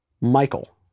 Michael